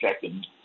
second